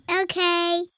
Okay